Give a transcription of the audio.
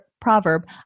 proverb